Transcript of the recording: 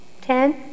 Ten